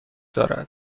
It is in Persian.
دارد